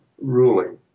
ruling